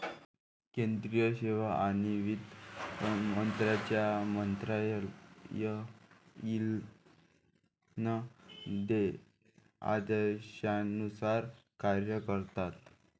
केंद्रीय सेवा आणि वित्त मंत्र्यांच्या मंत्रालयीन आदेशानुसार कार्य करतात